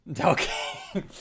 Okay